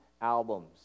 albums